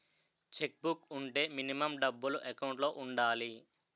Check book వుంటే minimum డబ్బులు account లో ఉండాలి?